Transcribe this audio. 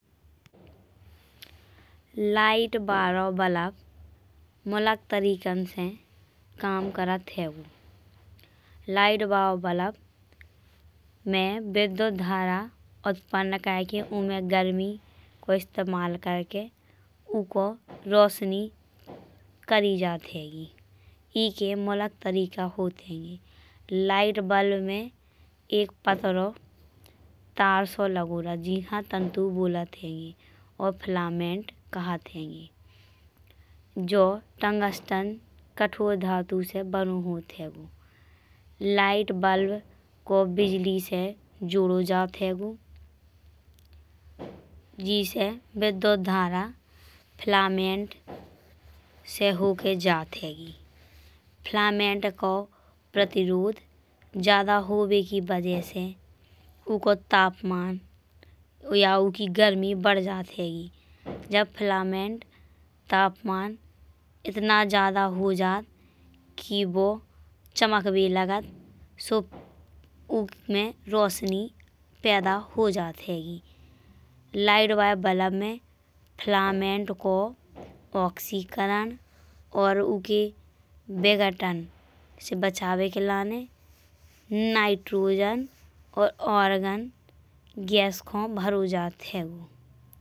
लाइट बारो बुलब मुलाक तरेका से काम करत हींगे। लाइट बारो बल्ब में विद्युत धारा उत्पन्न करके उम गर्मी को इस्तेमाल करके उको रोशनी करि जात हींगे। ईके मुलक तरेका होत हींगे। लाइट बल्ब में एक पत्रो तार सो लगो रहत। जीखा तंतु बोलत हींगे और फिलामेंट कहत हींगे। जो टंगस्टन कठोर धातु से बनो होत हींगे। लाइट बल्ब को बिजली से जोड़ो जात हींगे। जीसे विद्युत धारा फिलामेंट से होके जात हींगे। फिलामेंट को प्रतिरोध ज्यादा होवे के वजह से उको तापमान या उकी गर्मी बढ़ जात हींगे। जब फिलामेंट तापमान इतना ज्यादा हो जात। कि वो चमकवे लगत सो उम रोशनी पैदा हो जात हींगे। लाइट वाले बल्ब में फिलामेंट को ऑक्सीकरण और उके विघटन से बचावे के लाने। नाइट्रोजन और ऑर्गन गैस को भरो जात हींगे।